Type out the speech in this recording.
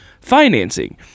financing